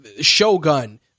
Shogun